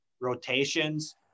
rotations